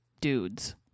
dudes